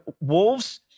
wolves